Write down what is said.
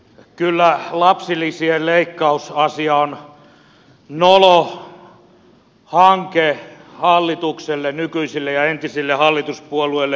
kyllä lapsilisien leikkausasia on nolo hanke hallitukselle nykyisille ja entisille hallituspuolueille